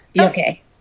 Okay